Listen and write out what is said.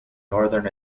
northern